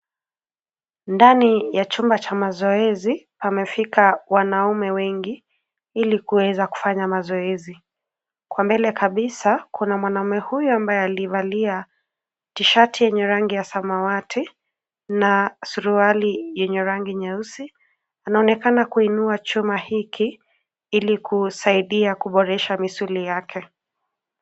Ndani ya chumba cha mazoezi pamefika wanaume wengi ilikuweza kufanya mazoezi. Kwa mbele kabisa, kuna mwanaume huyu ambaye alivalia tishati yenye rangi ya samawati na suruali yenye rangi nyeusi. Anaonekana kuinua chuma hiki ilikusaidia kuboresha misuli yake.